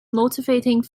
motivating